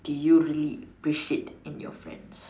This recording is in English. do you really appreciate in your friends